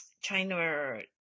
China